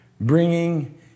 bringing